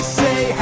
say